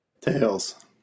tails